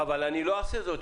אבל אני לא אעשה זאת,